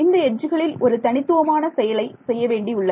இந்த எட்ஜுகளில் ஒரு தனித்துவமான செயலை செய்ய வேண்டியுள்ளது